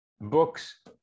books